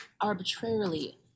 arbitrarily